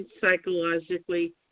psychologically